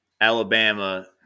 Alabama